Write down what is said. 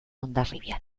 hondarribian